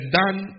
done